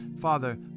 Father